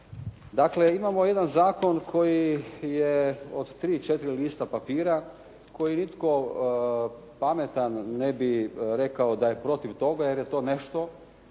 Dakle imamo jedan zakon koji je od tri, četiri lista papira koji nitko pametan ne bi rekao da je protiv toga, jer je to nešto